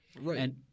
Right